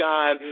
God